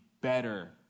better